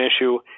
issue